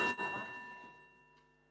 Það